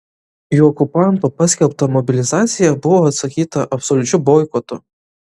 į okupanto paskelbtą mobilizaciją buvo atsakyta absoliučiu boikotu